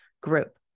group